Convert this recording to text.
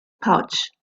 pouch